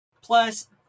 Plus